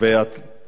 קודם דיברת,